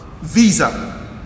visa